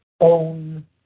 own